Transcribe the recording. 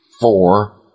four